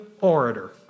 orator